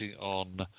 on